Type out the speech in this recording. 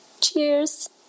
Cheers